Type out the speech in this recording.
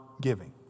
giving